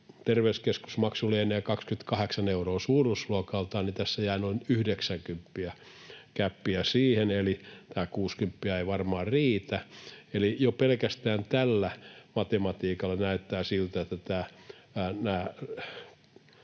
terveyskeskusmaksu lienee 28 euroa suuruusluokaltaan, niin tässä jää noin 90 euroa gäppiä siihen, eli tämä kuusikymppiä ei varmaan riitä. Eli jo pelkästään tällä matematiikalla näyttää siltä, että